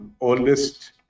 oldest